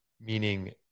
meaning